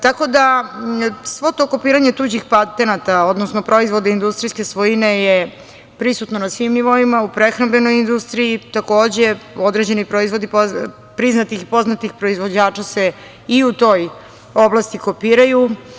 Tako da svo to kopiranje tuđih patenata, odnosno proizvoda industrijske svojine je prisutno na svim nivoima u prehrambenoj industriji, takođe, određeni proizvodi priznatih i poznatih proizvođača i u toj oblasti kopiraju.